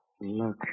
Look